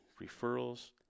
referrals